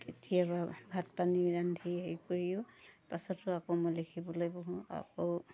কেতিয়াবা ভাত পানী ৰান্ধি হেৰি কৰিও পাছতো আকৌ মই লিখিবলৈ বহোঁ আকৌ